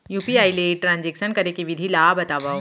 UPI ले transaction करे के विधि ला बतावव?